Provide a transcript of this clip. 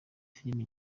filime